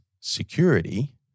security